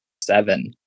seven